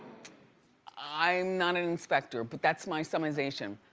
i'm not an inspector, but that's my summarization.